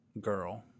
girl